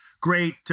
great